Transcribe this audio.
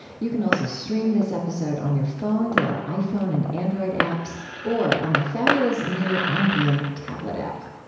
you can also stream this episode on your phone through our iphone and android apps or on the fabulous new on being tablet app